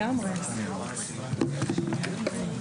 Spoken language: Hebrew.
הישיבה ננעלה בשעה 13:15